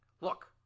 Look